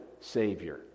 Savior